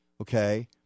Okay